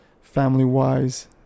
family-wise